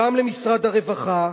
גם למשרד הרווחה,